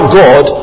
god